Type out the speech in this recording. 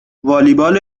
والیبال